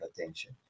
attention